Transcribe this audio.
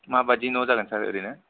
माबादि न' जागोन सार ओरैनो